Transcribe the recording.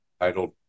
titled